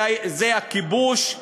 זה הכיבוש,